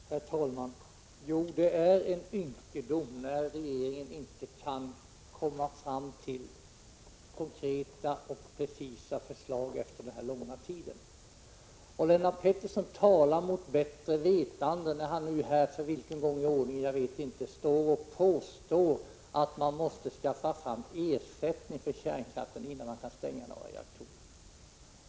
Herr talman! Jo, det är en ynkedom när regeringen inte kan komma fram till konkreta och precisa förslag efter denna långa tid. Lennart Pettersson talar mot bättre vetande när han, för vilken gång i ordningen vet jag inte, påstår att man måste skaffa fram ersättning för kärnkraften innan man kan stänga några reaktorer.